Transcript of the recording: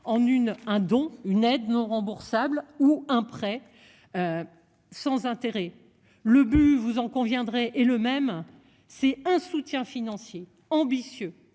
en une, un, dont une aide non remboursable ou un prêt. Sans intérêt. Le but, vous en conviendrez, est le même, c'est un soutien financier ambitieux